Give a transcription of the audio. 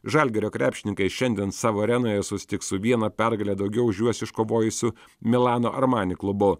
žalgirio krepšininkai šiandien savo arenoje susitiks su viena pergale daugiau už juos iškovojusiu milano armani klubu